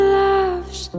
loves